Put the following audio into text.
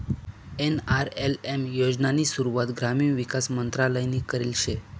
NRLM योजनानी सुरुवात ग्रामीण विकास मंत्रालयनी करेल शे